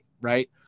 Right